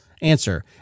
answer